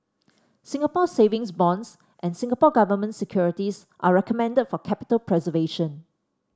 Singapore Savings Bonds and Singapore Government Securities are recommended for capital preservation